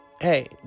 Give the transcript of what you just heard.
Hey